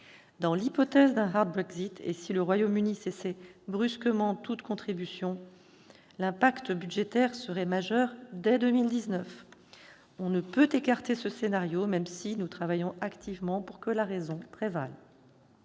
Dans l'hypothèse d'un Brexit, et si le Royaume-Uni cessait brusquement toute contribution, l'impact budgétaire serait majeur dès 2019. On ne peut écarter ce scénario, même si nous travaillons activement pour que la raison prévale.